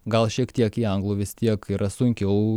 gal šiek tiek į anglų vis tiek yra sunkiau